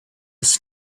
his